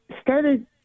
started